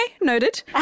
noted